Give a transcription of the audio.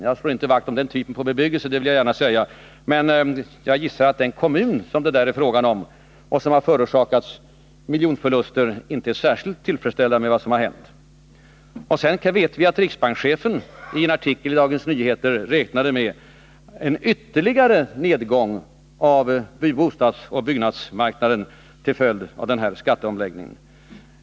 Jag slår inte vakt om den typen av bebyggelse — det vill jag gärna säga — men jag gissar att den kommun som det är fråga om och som förorsakats miljonförluster inte är särskilt tillfredsställd med vad som hänt. Vi vet också att riksbankschefen i en artikel i Dagens Nyheter räknat med en ytterligare nedgång på bostadsoch byggnadsmarknaden till följd av denna skatteomläggning.